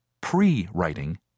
pre-writing